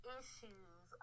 issues